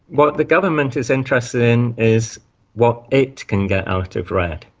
what the government is interested in is what it can get out of redd,